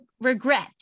regret